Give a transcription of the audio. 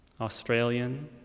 Australian